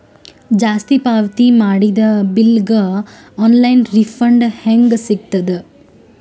ಜಾಸ್ತಿ ಪಾವತಿ ಮಾಡಿದ ಬಿಲ್ ಗ ಆನ್ ಲೈನ್ ರಿಫಂಡ ಹೇಂಗ ಸಿಗತದ?